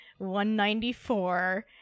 194